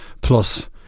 plus